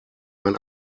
man